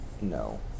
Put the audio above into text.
No